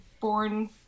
born